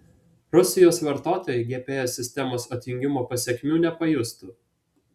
rusijos vartotojai gps sistemos atjungimo pasekmių nepajustų